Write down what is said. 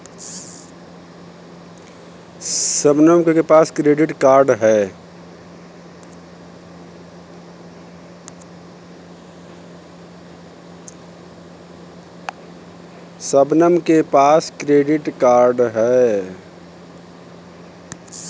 शबनम के पास credit card है